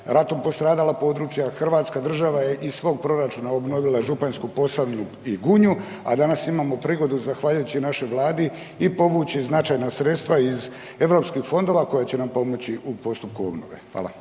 ratom postradala područja, Hrvatska država je iz svog proračuna obnovila Županjsku Posavinu i Gunju, a danas imamo prigodu zahvaljujući našoj Vladi i povući značajna sredstva iz Europskih fondova koja će nam pomoći u postupku obnove. Hvala.